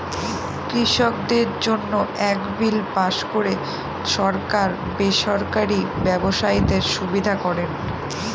কৃষকদের জন্য এক বিল পাস করে সরকার বেসরকারি ব্যবসায়ীদের সুবিধা করেন